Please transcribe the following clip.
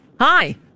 hi